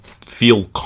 feel